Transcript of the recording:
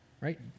right